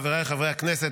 חבריי חברי הכנסת,